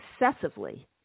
excessively